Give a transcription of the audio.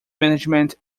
management